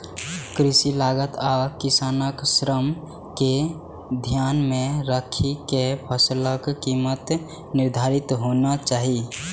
कृषि लागत आ किसानक श्रम कें ध्यान मे राखि के फसलक कीमत निर्धारित होना चाही